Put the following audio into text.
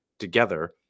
together